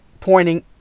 pointing